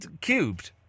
cubed